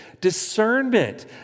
discernment